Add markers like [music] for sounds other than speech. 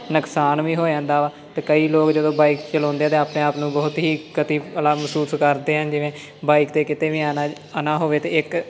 ਨੁਕਸਾਨ ਵੀ ਹੋ ਜਾਂਦਾ ਵਾ ਅਤੇ ਕਈ ਲੋਕ ਜਦੋਂ ਬਾਈਕ ਚਲਾਉਂਦੇ ਅਤੇ ਆਪਣੇ ਆਪ ਨੂੰ ਬਹੁਤ ਹੀ [unintelligible] ਮਹਿਸੂਸ ਕਰਦੇ ਹਨ ਜਿਵੇਂ ਬਾਈਕ 'ਤੇ ਕਿਤੇ ਵੀ ਆਉਣਾ ਆਉਣਾ ਹੋਵੇ ਅਤੇ ਇੱਕ